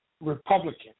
Republican